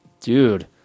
Dude